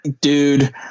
dude